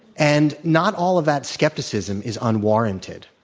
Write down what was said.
and not all of that skepticism is unwarranted.